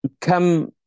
come